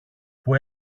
που